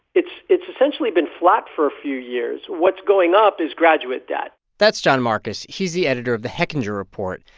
it's it's essentially been flat for a few years. what's going up is graduate debt that's jon marcus. he's the editor of the hechinger report.